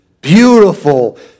beautiful